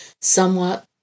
somewhat